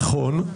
נכון,